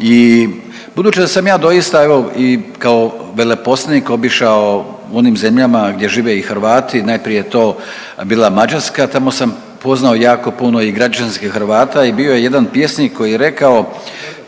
i budući da sam ja doista evo i kao veleposlanik obišao u onim zemljama gdje žive i Hrvati, najprije je to bila Mađarska, tamo sam upoznao jako puno i građanskih Hrvata i bio je jedan pjesnik koji je rekao